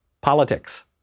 politics